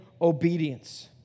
obedience